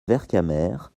vercamer